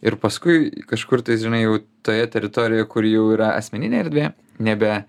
ir paskui kažkur tais žinai jau toje teritorijoje kuri jau yra asmeninė erdvė nebe